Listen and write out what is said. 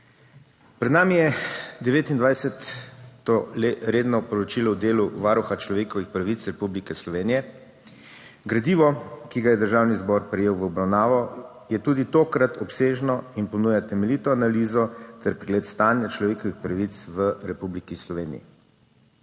Devetindvajseto redno poročilo o delu Varuha človekovih pravic Republike Slovenije. Gradivo, ki ga je Državni zbor prejel v obravnavo, je tudi tokrat obsežno in ponuja temeljito analizo ter pregled stanja človekovih pravic v Republiki Sloveniji.